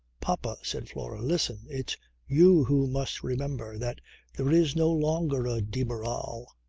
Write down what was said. papa, said flora listen. it's you who must remember that there is no longer a de barral.